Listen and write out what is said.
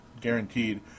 Guaranteed